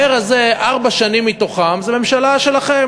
ממשלת הליכוד.